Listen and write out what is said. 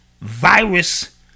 virus